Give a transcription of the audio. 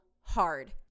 hard